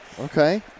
Okay